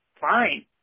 fine